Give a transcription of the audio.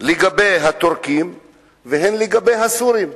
לגבי הטורקים והן לגבי הסורים,